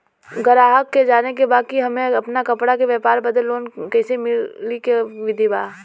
गराहक के जाने के बा कि हमे अपना कपड़ा के व्यापार बदे लोन कैसे मिली का विधि बा?